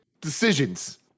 decisions